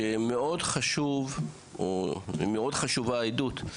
מאוד חשובה העדות,